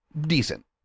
decent